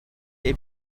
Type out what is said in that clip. est